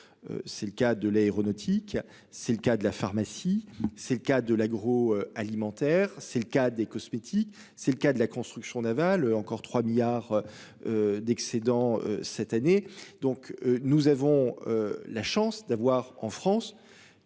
C'est le cas de l'aéronautique, c'est le cas de la pharmacie, c'est le cas de l'agro-alimentaire. C'est le cas des cosmétiques. C'est le cas de la construction navale encore 3 milliards. D'excédents cette année, donc nous avons. La chance d'avoir en France.